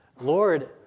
Lord